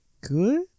good